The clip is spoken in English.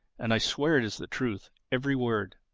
and i swear it is the truth, every word.